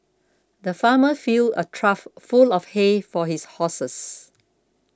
the farmer filled a trough full of hay for his horses